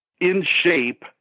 in-shape